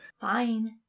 Fine